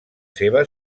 seva